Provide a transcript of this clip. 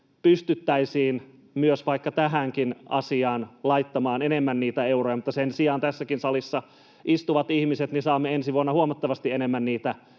pystyttäisiin vaikka tähänkin asiaan laittamaan enemmän niitä euroja, mutta sen sijaan me tässäkin salissa istuvat ihmiset saamme ensi vuonna huomattavasti enemmän niitä